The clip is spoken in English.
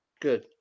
Good